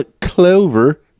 Clover